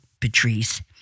Patrice